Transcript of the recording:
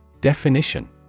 Definition